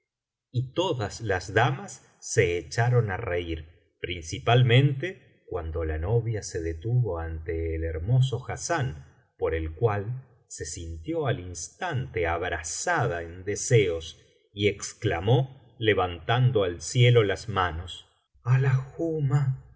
y todas las damas se echaron á reir principalmente cuando la novia se detuvo ante el hermoso hassán por el cual se sintió al instante abrasada en deseos y exclamó levantando al cielo las manos alahumma haz que